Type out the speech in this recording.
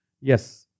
Yes